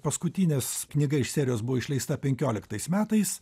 paskutinės knyga iš serijos buvo išleista penkioliktais metais